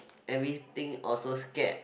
everything also scared